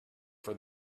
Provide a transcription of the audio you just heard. for